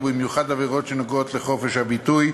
ובמיוחד עבירות שנוגעות לחופש הביטוי,